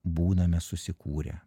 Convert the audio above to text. būname susikūrę